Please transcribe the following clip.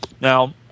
Now